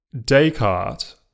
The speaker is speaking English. Descartes